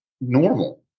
normal